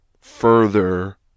further